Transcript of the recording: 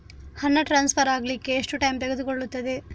ಹಣ ಟ್ರಾನ್ಸ್ಫರ್ ಅಗ್ಲಿಕ್ಕೆ ಎಷ್ಟು ಟೈಮ್ ತೆಗೆದುಕೊಳ್ಳುತ್ತದೆ?